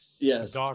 Yes